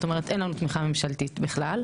זאת אומרת אין לנו תמיכה ממשלתית בכלל.